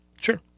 Sure